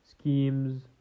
schemes